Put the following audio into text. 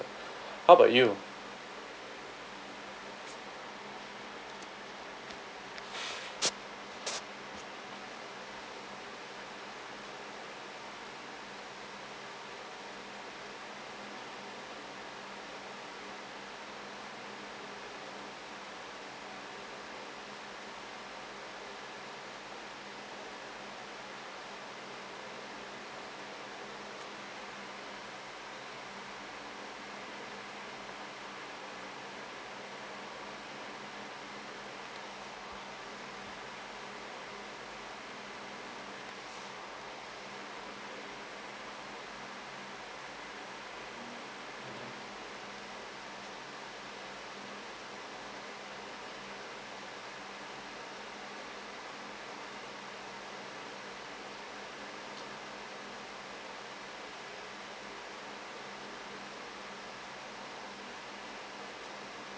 how about you